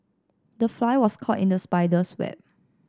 the fly was caught in the spider's web